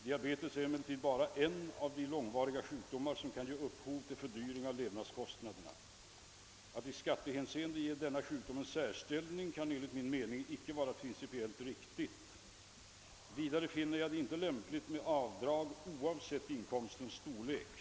Diabetes är emellertid bara en av de långvariga sjukdomar som kan ge upphov till fördyring av levnadskostnaderna. Att i skattehänseende ge denna sjukdom en särställning kan enligt min mening inte vara principiellt riktigt. Vidare finner jag det inte lämpligt med avdrag oavsett inkomstens storlek.